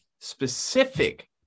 specific